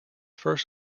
first